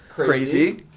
Crazy